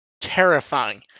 terrifying